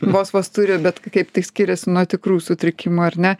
vos vos turi bet kaip tik skiriasi nuo tikrų sutrikimų ar ne